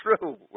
true